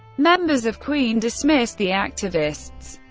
members of queen dismissed the activists,